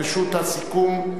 רשות הסיכום.